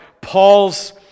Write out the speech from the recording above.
Paul's